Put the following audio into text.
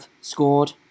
scored